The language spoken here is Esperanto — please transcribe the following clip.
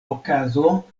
okazo